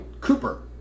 cooper